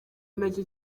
nacyo